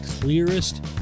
clearest